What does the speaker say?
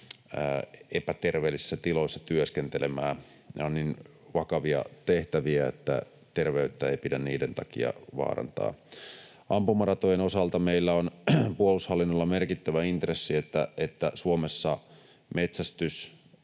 epäterveellisissä tiloissa työskentelemään. Ne ovat niin vakavia tehtäviä, että terveyttä ei pidä niiden takia vaarantaa. Ampumaratojen osalta meillä on puolustushallinnolla merkittävä intressi, että Suomessa metsästys,